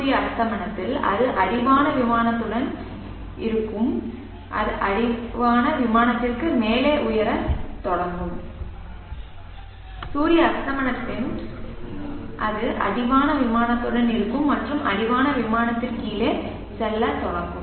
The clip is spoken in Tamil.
சூரிய அஸ்தமனத்தில் அது அடிவான விமானத்துடன் இருக்கும் அது அடிவான விமானத்திற்கு மேலே உயரத் தொடங்கும் சூரிய அஸ்தமனத்தில் அது அடிவான விமானத்துடன் இருக்கும் மற்றும் அடிவான விமானத்தின் கீழே செல்லத் தொடங்கும்